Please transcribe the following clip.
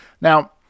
Now